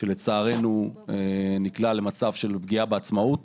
שלצערנו נקלע למצב של פגיעה בעצמאות,